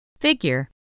Figure